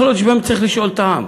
יכול להיות שבאמת צריך לשאול את העם.